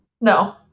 no